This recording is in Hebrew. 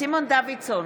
סימון דוידסון,